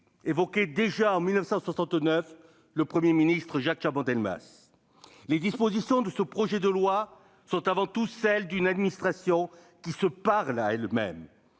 qu'évoquait déjà, en 1969, le Premier ministre Jacques Chaban-Delmas ? Les dispositions de ce projet de loi sont avant tout issues d'une administration qui se parle à elle-même.